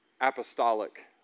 apostolic